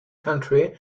country